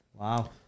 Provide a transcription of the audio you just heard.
Wow